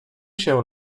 się